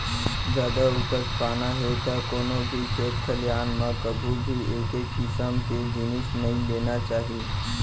जादा उपज पाना हे त कोनो भी खेत खलिहान म कभू भी एके किसम के जिनिस नइ लेना चाही